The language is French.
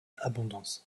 abondance